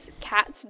cats